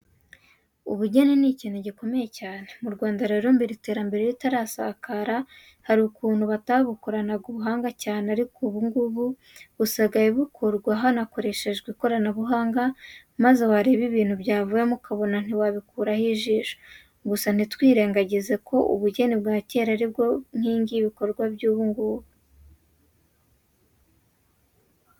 Ubugeni ni ikintu gikomeye cyane. Mu Rwanda rero mbere iterambere ritarasakara hari ukuntu batabukoranaga ubuhanga cyane ariko ubu ngubu busigaye bukorwa hanakoreshejwe ikoranabuhanga maze wareba ibintu byavuyemo ukabona ntiwabikuraho ijisho, gusa ntitwirengagize ko ubugeni bwa kera ari bwo nkingi y'ibikorwa ubu ngubu.